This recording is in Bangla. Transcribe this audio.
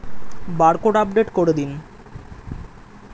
বারকোড আপডেট করে দিন?